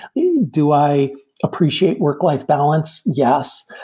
do i appreciate work-life balance? yes.